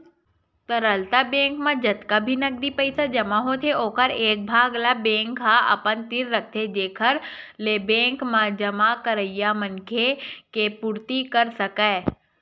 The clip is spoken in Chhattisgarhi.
तरलता बेंक म जतका भी नगदी पइसा जमा होथे ओखर एक भाग ल बेंक ह अपन तीर रखथे जेखर ले बेंक जमा करइया मनखे के पुरती कर सकय